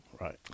Right